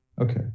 Okay